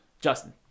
Justin